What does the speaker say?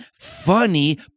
funny